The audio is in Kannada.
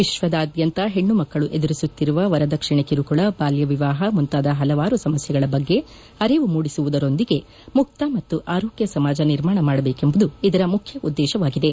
ವಿಶ್ವದಾದ್ಯಂತ ಹೆಣ್ಣುಮಕ್ಕಳು ಎದುರಿಸುತ್ತಿರುವ ವರದಕ್ಷಿಣೆ ಕಿರುಕುಳ ಬಾಲ್ಯವಿವಾಹ ಮುಂತಾದ ಸಮಸ್ಯೆಗಳ ಬಗ್ಗೆ ಅರಿವು ಮೂಡಿಸುವುದರೊಂದಿಗೆ ಮುಕ್ತ ಮತ್ತು ಆರೋಗ್ಯ ಸಮಾಜ ನಿರ್ಮಾಣ ಮಾಡಬೇಕೆಂಬುದು ಇದರ ಮುಖ್ಯ ಉದ್ದೇಶವಾಗಿದೆ